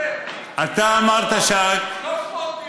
לא הגדר, מתקן חולות.